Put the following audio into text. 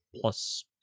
Plus